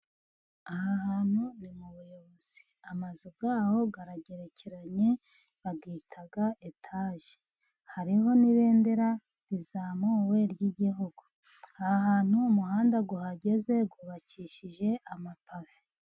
Aha hantu ni mu buyobozi amazu y'aho aragerekeranye bayita etaje, hariho n'ibendera rizamuwe ry'igihugu. Aha hantu umuhanda uhageze wubakishije amapave.